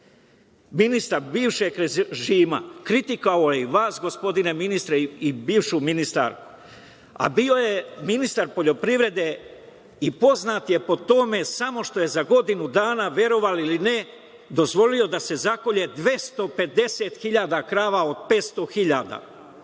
ministar bivšeg režima kritikovao je i vas, gospodine ministre, i bivšu ministarku, a bio je ministar poljoprivrede i poznat je po tome samo što je za godinu dana, verovali ili ne, dozvolio da se zakolje 250 hiljada krava od 500 hiljada.